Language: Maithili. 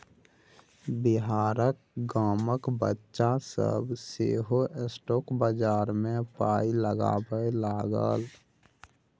बिहारक गामक बच्चा सभ सेहो स्टॉक बजार मे पाय लगबै लागल